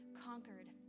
conquered